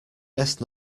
best